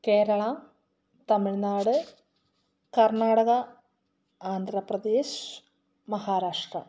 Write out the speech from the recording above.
Kerala Tamil Nadu Karnataka Andhra Pradesh Maharashtra